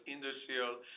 Industrial